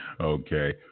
Okay